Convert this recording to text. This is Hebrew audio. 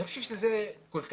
אני חושב שזה ברור.